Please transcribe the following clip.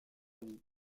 vie